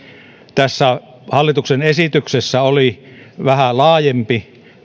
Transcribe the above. tässä hallituksen esityksessä oli yksi vähän laajempi